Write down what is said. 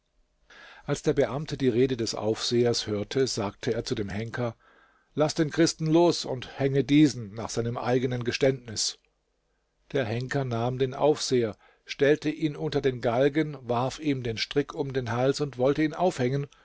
als der beamte die rede des aufsehers hörte sagte er zu dem henker laß den christen los und hänge diesen nach seinem eigenen geständnis der henker nahm den aufseher stellte ihn unter den galgen warf ihm den strick um den hals und wollte ihn aufhängen